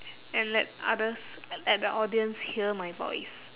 and let others let the audience hear my voice